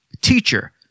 Teacher